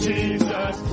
Jesus